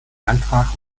antrag